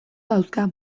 dauzka